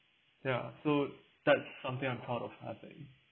ya so that's something I'm proud of I think